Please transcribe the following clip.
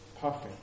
perfect